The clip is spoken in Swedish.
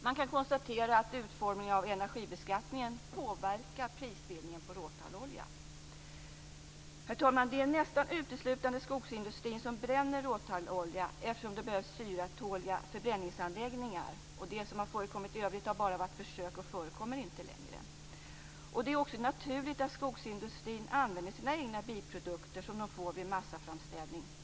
Man kan konstatera att utformningen av energibeskattningen påverkar prisbildningen på råtallolja. Herr talman! Det är nästan uteslutande skogsindustrin som bränner råtallolja, eftersom det behövs syratåliga förbränningsanläggningar. Den eldning som har förekommit i övrigt har bara varit försök och förekommer inte längre. Det är också naturligt att skogsindustrin använder sina egna biprodukter som den får vid massaframställning.